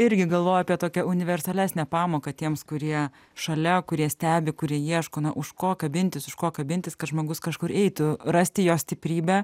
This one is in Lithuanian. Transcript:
irgi galvoju apie tokią universalesnę pamoką tiems kurie šalia kurie stebi kurie ieško na už ko kabintis už ko kabintis kad žmogus kažkur eitų rasti jo stiprybę